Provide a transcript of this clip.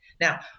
Now